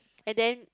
and then